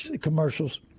commercials